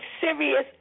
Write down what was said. serious